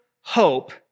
hope